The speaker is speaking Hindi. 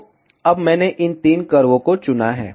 तो अब मैंने इन 3 कर्वों को चुना है